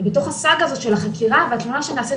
בתוך הסאגה הזאת של החקירה והתלונה שנעשית